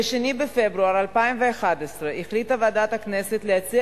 ב-2 בפברואר 2011 החליטה ועדת הכנסת להציע